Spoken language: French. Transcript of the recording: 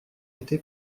été